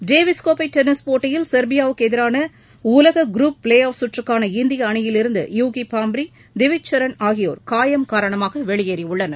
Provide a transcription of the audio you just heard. Davis கோப்பை tennis போட்டியில் செர்பியாவுக்கு எதிராள உலக குரூப் ப்ளே ஆப் கற்றுக்கான இந்திய அணியிலிருந்து யூகி பாம்ப்ரி திவிஜ் சரன் ஆகியோர் காயம் காரணமாக வெளியேறியுள்ளனர்